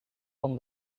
van